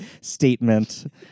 statement